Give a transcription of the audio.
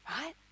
right